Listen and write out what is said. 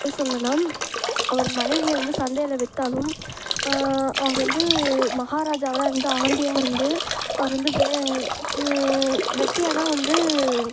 பொய் சொல்லலைன்னா அவர் மனைவியை வந்து சந்தையில் விற்றாலும் அவர் வந்து மகாராஜாவராக இருந்து ஆண்டியாக இருந்து அவர் வந்து வே வெட்டியானாக வந்து